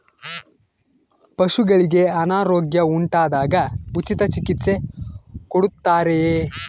ಪಶುಗಳಿಗೆ ಅನಾರೋಗ್ಯ ಉಂಟಾದಾಗ ಉಚಿತ ಚಿಕಿತ್ಸೆ ಕೊಡುತ್ತಾರೆಯೇ?